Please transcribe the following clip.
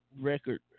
record